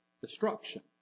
destruction